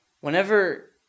Whenever